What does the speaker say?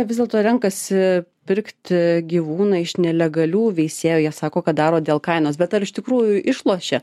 vis dėlto renkasi pirkti gyvūną iš nelegalių veisėjų jie sako kad daro dėl kainos bet ar iš tikrųjų išlošia